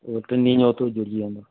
टिनी जो हथो हथ जुड़ी वेंदो